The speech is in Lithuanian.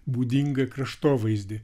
būdingą kraštovaizdį